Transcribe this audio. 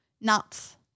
nuts